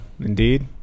Indeed